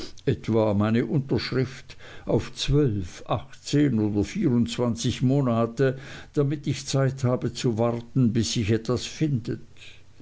etwa meine unterschrift auf zwölf achtzehn oder vierundzwanzig monate damit ich zeit habe zu warten bis sich etwas findet